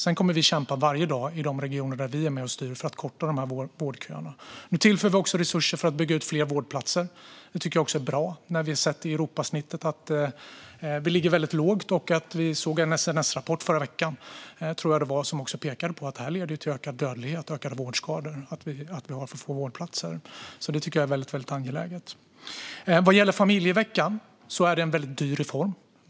Sedan kommer vi att kämpa varje dag i de regioner där vi är med och styr för att korta vårdköerna. Nu tillför vi också resurser för att bygga ut fler vårdplatser. Det är också bra. Vi har sett att vi ligger väldigt lågt i förhållande till Europasnittet. Vi såg senast i förra veckan, tror jag det var, en SNS-rapport som pekade på att det leder till ökad dödlighet och ökade vårdskador att vi har för få vårdplatser. Det är väldigt angeläget. Vad gäller familjeveckan är det en väldigt dyr reform.